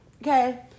Okay